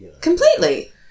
Completely